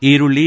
ಈರುಳ್ಳಿ